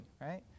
right